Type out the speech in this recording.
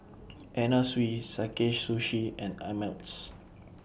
Anna Sui Sakae Sushi and Ameltz